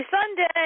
Sunday